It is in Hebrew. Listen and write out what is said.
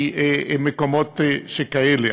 ממקומות שכאלה?